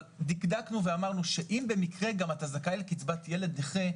דקדקנו ואמרנו שאם במקרה גם אתה זכאי לקצבת ילד נכה,